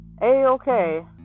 A-okay